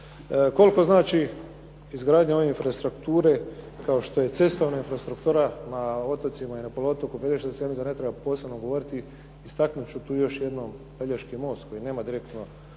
Koliko znači izgradnja ove infrastrukture kao što je cestovna infrastruktura na otocima i na poluotoku Pelješac ja mislim da ne treba posebno govoriti. Istaknuti ću tu još jednom Pelješki most koji nema direktno